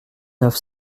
neuf